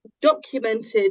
documented